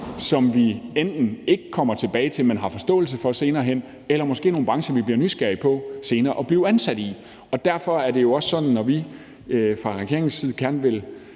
som vi enten ikke kommer tilbage til, men har forståelse for senere hen, eller som vi bliver nysgerrige på senere i forhold til at blive ansat i. Derfor er det også sådan, at når vi fra regeringens side gerne vil